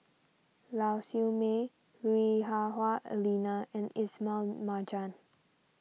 Lau Siew Mei Lui Hah Wah Elena and Ismail Marjan